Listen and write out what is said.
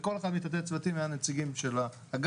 בכל אחד מתתי הצוותים היה נציגים של האגף,